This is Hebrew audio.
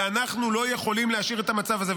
ואנחנו לא יכולים להשאיר את המצב הזה.